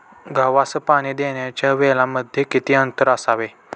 गव्हास पाणी देण्याच्या वेळांमध्ये किती अंतर असावे?